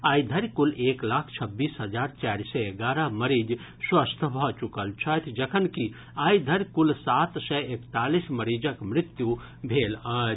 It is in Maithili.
आइ धरि कुल एक लाख छब्बीस हजार चारि सय एगारह मरीज स्वस्थ भऽ चुकल छथि जखनकि आइ धरि कुल सात सय एकतालीस मरीजक मृत्यु भेल अछि